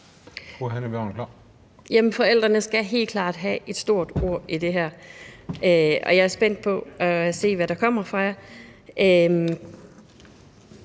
forældrene skal helt klart have et stort ord i det her, og jeg er spændt på at se, hvad der kommer fra jer.